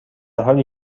حالی